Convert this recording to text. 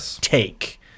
take